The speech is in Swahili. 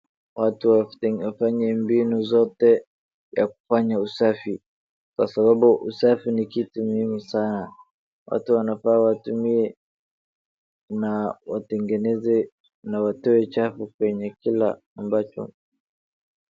Watu wafanye mbinu zote ya kufanya usafi Kwa sababu usafi ni kitu muhimu sana. Watu wanafaa watumie na watengeneze na watoe chafu kwenye kila ambacho